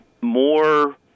more